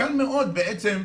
קל מאוד בעצם להתרשם,